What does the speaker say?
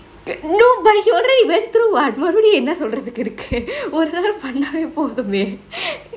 no but he already went through what மறுபடியு என்ன சொல்ரதுக்கு இருக்கு ஒரு தடவ பன்னாவெ போதுமே: marupadiyu enna solrathuku irukku oru thadave pannave pothume